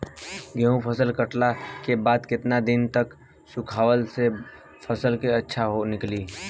गेंहू फसल कटला के बाद केतना दिन तक सुखावला से फसल अच्छा निकली?